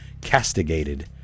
castigated